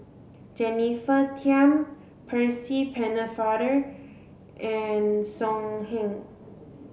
Jennifer Tham Percy Pennefather and So Heng